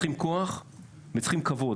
צריכים כוח וצריכים כבוד.